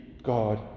god